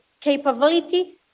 capability